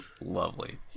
lovely